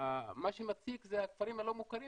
מה שמציק זה הכפרים הלא מוכרים